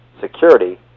security